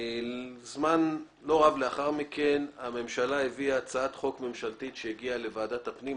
זמן לא רב לאחר מכן הממשלה הביאה הצעת חוק ממשלתית שהגיעה לוועדת הפנים,